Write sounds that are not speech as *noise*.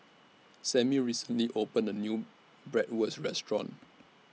Sammie recently *noise* opened A New Bratwurst Restaurant